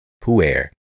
Puer